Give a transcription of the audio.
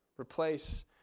replace